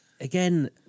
again